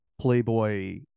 Playboy